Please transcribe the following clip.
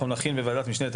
אנחנו נדון בזה